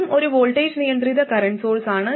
ഇതും ഒരു വോൾട്ടേജ് നിയന്ത്രിത കറന്റ് സോഴ്സാണ്